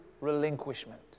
relinquishment